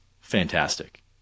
fantastic